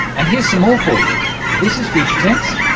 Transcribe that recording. and here's some more for you this is future tense.